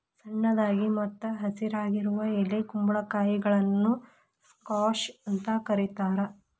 ಸಣ್ಣದಾಗಿ ಮತ್ತ ಹಸಿರಾಗಿರುವ ಎಳೆ ಕುಂಬಳಕಾಯಿಗಳನ್ನ ಸ್ಕ್ವಾಷ್ ಅಂತ ಕರೇತಾರ